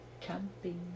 camping